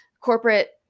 corporate